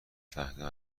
فهمیدم